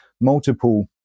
multiple